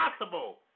impossible